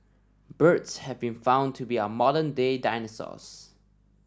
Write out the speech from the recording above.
birds have been found to be our modern day dinosaurs